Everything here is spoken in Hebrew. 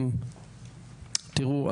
תראו,